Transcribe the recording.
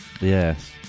Yes